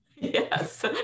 Yes